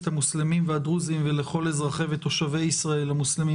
המוסלמים והדרוזים ולכל אזרחי ותושבי ישראל המוסלמים